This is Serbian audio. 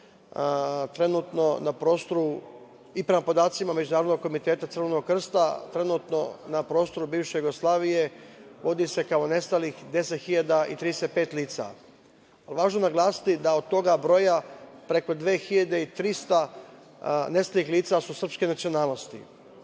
gospodinom Odalovićem, i prema podacima Međunarodnog komiteta Crvenog krsta trenutno na prostoru bivše Jugoslavije vode se kao nestala 10.035 lica. Važno je naglasiti da od tog broja preko 2.300 nestalih lica su srpske nacionalnosti.Zašto